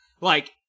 Like-